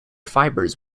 fibers